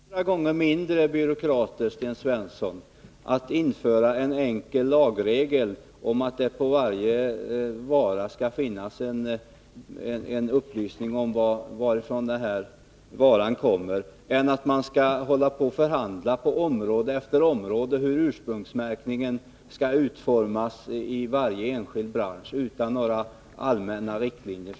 Herr talman! Ett sista inlägg för att bemöta Sten Svensson: Det går åt hundra gånger färre byråkrater, om man inför en enkel lagregel om att det på varje vara skall finnas en upplysning om varifrån den kommer, än om man på område efter område skall förhandla om hur ursprungsmärkningen skall utformas i varje enskild bransch, utan några allmänna riktlinjer.